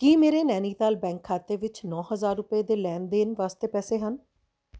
ਕੀ ਮੇਰੇ ਨੈਨੀਤਾਲ ਬੈਂਕ ਖਾਤੇ ਵਿੱਚ ਨੌਂ ਹਜ਼ਾਰ ਰੁਪਏ ਦੇ ਲੈਣ ਦੇਣ ਵਾਸਤੇ ਪੈਸੇ ਹਨ